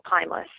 timeless